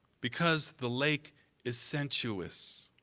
because the lake is sensuous